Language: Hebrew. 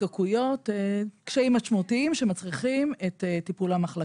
קשיים משמעותיים, שמצריכים את טיפול המחלקה.